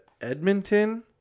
Edmonton